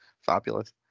Fabulous